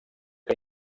que